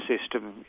system